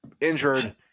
injured